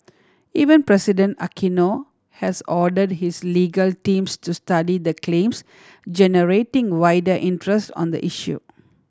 Even President Aquino has ordered his legal teams to study the claims generating wider interest on the issue